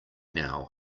now